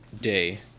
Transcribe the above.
day